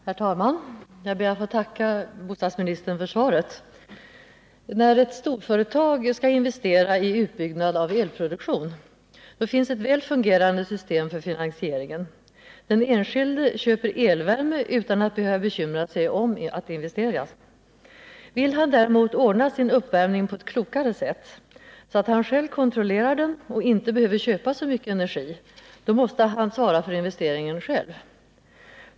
Herr talman! Jag ber att få tacka bostadsministern för svaret. När ett storföretag skall investera i utbyggnad av elproduktionen finns ett väl fungerande system för finansieringen. Den enskilde köper elvärme utan att behöva bekymra sig om att det investeras. Vill han emellertid ordna sin uppvärmning på ett klokare sätt, så att han själv kontrollerar den och inte behöver köpa sin energi, då måste han svara för investeringen själv.